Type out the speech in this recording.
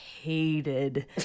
hated